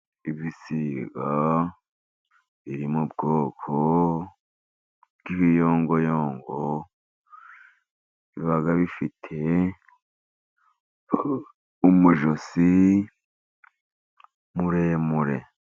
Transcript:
Ibisiga biri mu bwoko bw'ibiyongoyongo biba bifite umujosi muremure.